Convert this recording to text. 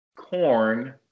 corn